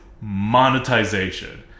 monetization